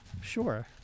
Sure